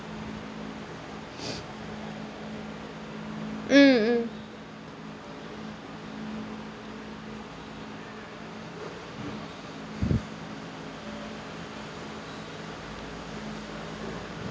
mm mm